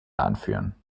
anführen